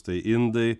tai indai